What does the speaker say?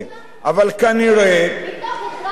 מתוך הכרח הם עושים את זה,